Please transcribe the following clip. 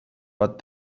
but